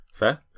Fair